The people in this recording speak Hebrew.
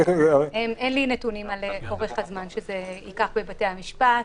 אין לי נתונים על אורך הזמן שזה ייקח בבתי המשפט.